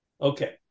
Okay